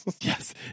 Yes